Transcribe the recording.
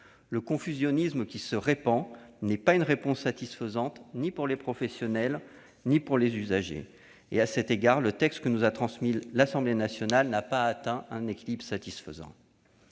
Le confusionnisme qui se répand ne constitue une réponse satisfaisante ni pour les professionnels ni pour les usagers. À cet égard, le texte transmis par l'Assemblée nationale n'a pas atteint un équilibre satisfaisant.